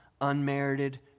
unmerited